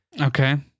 Okay